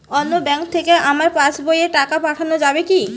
অন্য ব্যাঙ্ক থেকে আমার পাশবইয়ে টাকা পাঠানো যাবে কি?